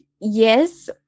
yes